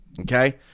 okay